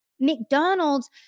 McDonald's